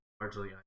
largely